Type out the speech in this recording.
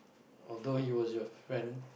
although he was your friend